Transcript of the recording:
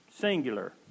singular